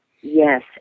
Yes